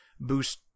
boost